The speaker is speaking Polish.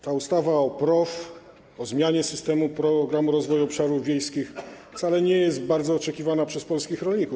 Ta ustawa o PROW, o zmianie systemu Programu Rozwoju Obszarów Wiejskich, wcale nie jest bardzo oczekiwana przez polskich rolników.